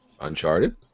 Uncharted